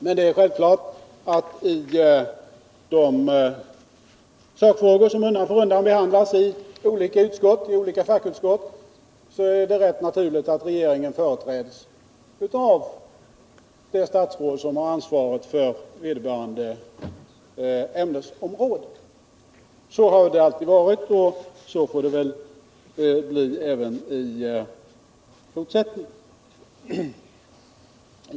Men när det gäller de sakfrågor som behandlas i olika fackutskott är det självfallet rätt naturligt att regeringen företräds av det statsråd som har ansvaret för ämnesområdet i fråga. Så har det alltid varit och så får det väl bli även i fortsättningen.